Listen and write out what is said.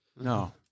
No